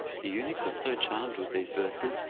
the eunuch was so charmed with these verses,